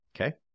Okay